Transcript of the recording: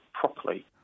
properly